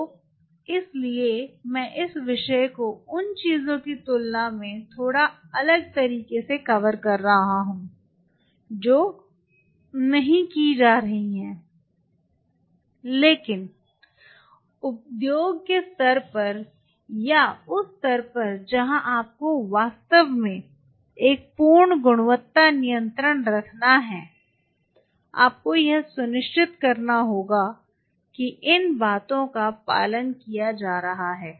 तो इसीलिए मैं इस विषय को उन चीजों की तुलना में थोड़े अलग तरीके से कवर कर रहा हूं जो नहीं की जा रही हैं लेकिन उद्योग के स्तर पर या उस स्तर पर जहां आपको वास्तव में एक पूर्ण गुणवत्ता नियंत्रण रखना है आपको यह सुनिश्चित करना होगा इन बातों का पालन किया जा रहा है